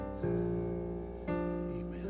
Amen